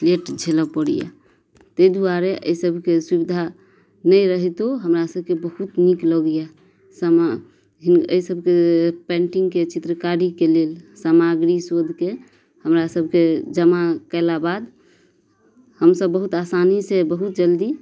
late झेलऽ पड़ैय तै दुआरे अइ सबके सुविधा नहि रहितो हमरा सबके बहुत नीक लगैय समा अइ सबके पेंटिंगके चित्रकारीके लेल सामग्री शोधके हमरा सबके जमा कयला बाद हमसब बहुत आसानीसँ बहुत जल्दी